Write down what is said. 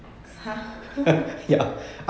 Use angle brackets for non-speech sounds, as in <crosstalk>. !huh! <laughs>